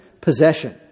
possession